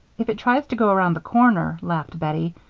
if it tries to go around the corner, laughed bettie,